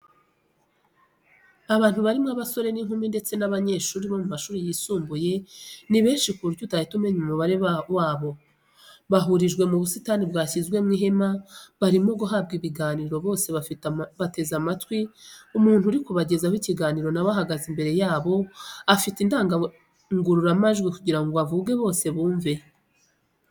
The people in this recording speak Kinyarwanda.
Abantu barimo abasore n'inkumi ndetse n'abanyeshuri bo mu mashuri yisumbuye ni benshi ku buryo utahita umenya umubare wabo, bahurijwe mu busitani bwashyizwemo ihema ,barimo guhabwa ikiganiro , bose bateze amatwi umuntu uri kubagezaho ikiganiro nawe ahagaze imbere yabo afite indangururamajwi kugirango avuge bose bumve.